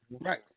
Right